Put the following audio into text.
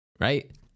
right